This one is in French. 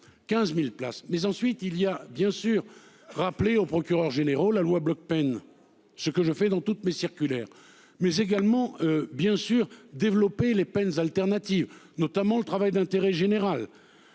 15.000 places mais ensuite il y a bien sûr rappeler aux procureurs généraux la loi peine ce que je fais dans toutes mes circulaire mais également bien sûr développer les peines alternatives, notamment le travail d'intérêt général.